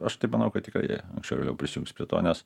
aš taip manau kad tikrai anksčiau ar vėliau prisijungs prie to nes